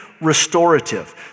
restorative